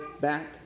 back